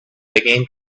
began